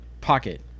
pocket